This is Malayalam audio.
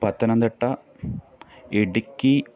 പത്തനംതിട്ട ഇടുക്കി